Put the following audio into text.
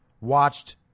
watched